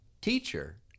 teacher